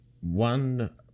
one